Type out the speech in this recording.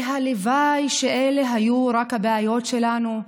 והלוואי שרק אלה היו הבעיות שלנו.